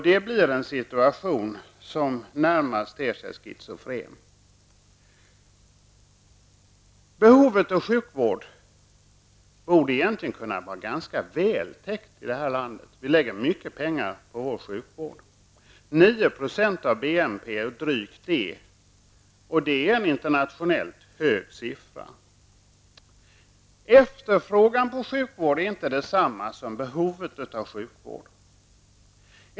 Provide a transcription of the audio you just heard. Det blir en situation som närmast ter sig schizofren. Behovet av sjukvård borde egentligen vara ganska väl täckt i det här landet. Vi lägger ner mycket pengar på vår sjukvård -- 9 % av BNP och drygt det. Det är en internationellt sett hög siffra. Efterfrågan på sjukvård är inte detsamma som behovet av sjukvård.